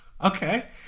Okay